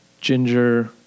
ginger